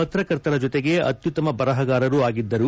ಪತ್ರಕರ್ತರ ಜೊತೆಗೆ ಅತ್ನುತ್ತಮ ಬರಹಗಾರರು ಆಗಿದ್ದರು